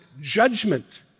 judgment